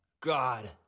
God